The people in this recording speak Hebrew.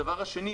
שנית,